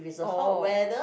oh